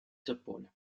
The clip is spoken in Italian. giappone